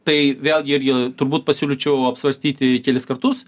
tai vėlgi irgi turbūt pasiūlyčiau apsvarstyti kelis kartus